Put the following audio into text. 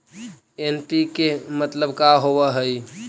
NPK मतलब का होव हइ?